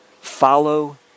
follow